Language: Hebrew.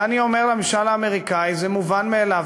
ואני אומר לממשל האמריקני, זה מובן מאליו.